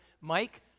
Mike